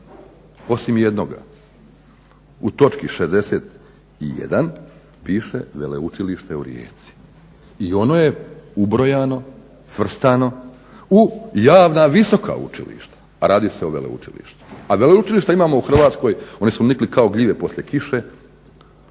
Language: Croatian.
osim jednoga u točki 61. piše Veleučilište u Rijeci i ono je ubrojano, svrstano u javna visoka učilišta, a radi se o veleučilištu. A veleučilišta imamo u Hrvatskoj, oni su nikli kao gljive poslije kiše,